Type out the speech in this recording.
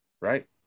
Right